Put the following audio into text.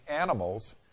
animals